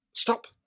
stop